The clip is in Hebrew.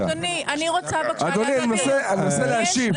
אדוני, אני מנסה להשיב.